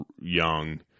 young